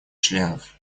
членов